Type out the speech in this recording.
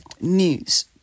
news